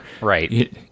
right